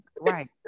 right